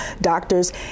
doctors